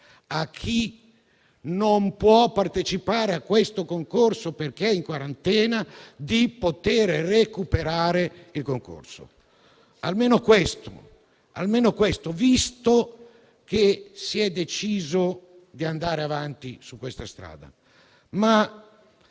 a chi non può partecipare a questo concorso, perché in quarantena, di poterlo recuperare. Almeno questo, visto che si è deciso di andare avanti su questa strada. Ma